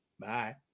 Bye